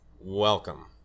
Welcome